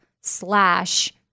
slash